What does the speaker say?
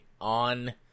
on